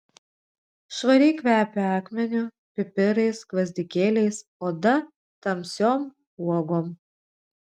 švariai kvepia akmeniu pipirais gvazdikėliais oda tamsiom uogom